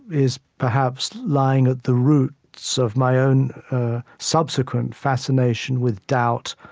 is perhaps lying at the roots so of my own subsequent fascination with doubt,